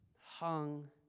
hung